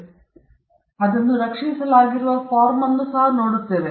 ನಂತರ ಅದನ್ನು ರಕ್ಷಿಸಲಾಗಿರುವ ಫಾರ್ಮ್ ಅನ್ನು ನಾವು ನೋಡುತ್ತೇವೆ